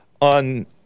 on